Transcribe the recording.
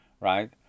right